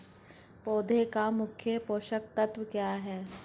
पौधे का मुख्य पोषक तत्व क्या हैं?